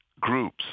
groups